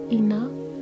enough